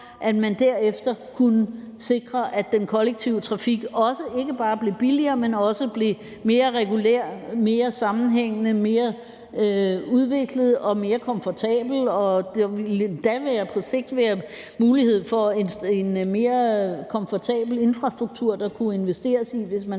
at man derefter kunne sikre, at den kollektive trafik ikke bare også blev billigere, men også blev mere regulær, mere sammenhængende, mere udviklet og mere komfortabel. Der må gerne på sigt være mulighed for en mere komfortabel infrastruktur, som der kunne investeres i, hvis man